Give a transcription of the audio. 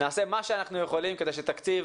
נעשה מה שאנחנו יכולים כדי שתקציב